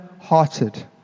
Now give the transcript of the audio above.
hearted